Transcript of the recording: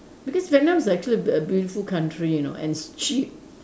because Vietnam is actually a b~ a beautiful country you know and it's cheap